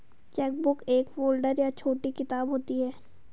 chequebook एक folder या छोटी किताब होती है